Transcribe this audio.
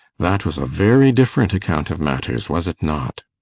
that was a very different account of matters, was it not?